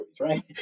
right